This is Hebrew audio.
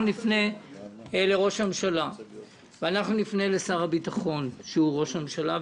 אנחנו נפנה לראש הממשלה ונפנה לשר הביטחון שהוא ראש הממשלה,